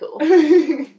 cool